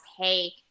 hey